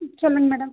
ம் சொல்லுங்க மேடம்